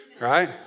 right